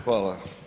Hvala.